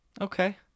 Okay